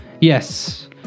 Yes